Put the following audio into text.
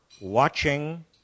watching